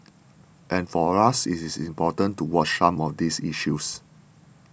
and for us it is important to watch some of these issues